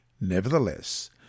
Nevertheless